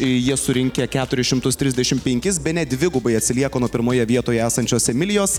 jie surinkę keturis šimtus trisdešimt penkis bene dvigubai atsilieka nuo pirmoje vietoje esančios emilijos